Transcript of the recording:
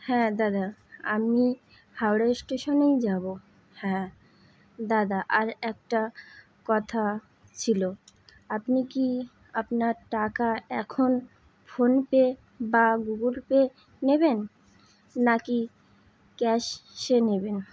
হ্যাঁ দাদা আমি হাওড়া স্টেশনেই যাবো হ্যাঁ দাদা আর একটা কথা ছিলো আপনি কি আপনার টাকা এখন ফোনপে বা গুগল পে নেবেন নাকি ক্যাশে নেবেন